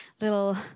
little